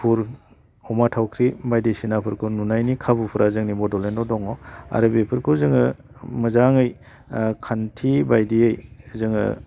मुफुर अमा थावख्रि बायदिसिनाफोरखौ नुनायनि खाबुफोरा जोंनि बड'लेण्डआव दङ आरो बेफोरखौ जोङो मोजाङै खान्थि बायदियै जोङो